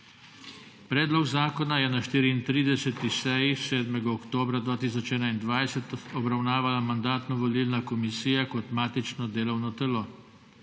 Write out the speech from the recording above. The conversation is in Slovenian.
Predlog zakona je na 34. seji 7. oktobra 2021 obravnavala Mandatno-volilna komisija kot matično delovno telo.